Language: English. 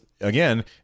Again